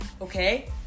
okay